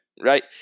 right